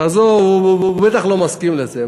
תעזוב, הוא בטח לא מסכים לזה.